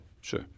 Sure